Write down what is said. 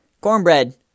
Cornbread